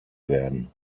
werden